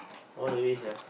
all the way sia